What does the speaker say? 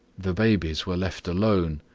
the babies were left alone.